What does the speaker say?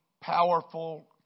powerful